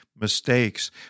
mistakes